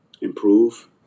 improve